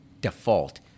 default